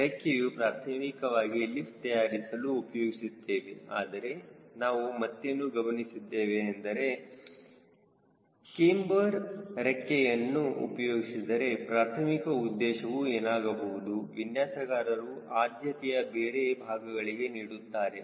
ರೆಕ್ಕೆಯು ಪ್ರಾಥಮಿಕವಾಗಿ ಲಿಫ್ಟ್ ತಯಾರಿಸಲು ಉಪಯೋಗಿಸುತ್ತೇವೆ ಆದರೆ ನಾವು ಮತ್ತೇನು ಗಮನಿಸಿದ್ದೇವೆ ಎಂದರೆ ಕ್ಯಾಮ್ಬರ್ ಅಕ್ಕಿಯನ್ನು ಉಪಯೋಗಿಸಿದರೆ ಪ್ರಾರ್ಥಮಿಕ ಉದ್ದೇಶವು ಏನಾಗಬಹುದು ವಿನ್ಯಾಸಗಾರರು ಆದ್ಯತೆಯನ್ನು ಬೇರೆ ಭಾಗಗಳಿಗೆ ನೀಡುತ್ತಾರೆ